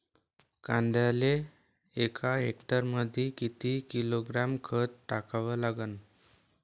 कांद्याले एका हेक्टरमंदी किती किलोग्रॅम खत टाकावं लागन?